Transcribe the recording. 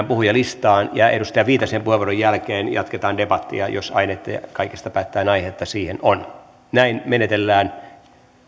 puhujalistaan ja edustaja viitasen puheenvuoron jälkeen jatketaan debattia jos kaikesta päättäen aihetta siihen on näin menetellään